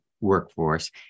workforce